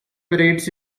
parades